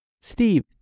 Steve